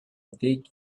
take